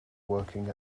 working